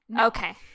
okay